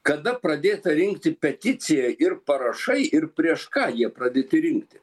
kada pradėta rinkti peticija ir parašai ir prieš ką jie pradėti rinkti